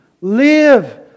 live